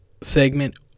segment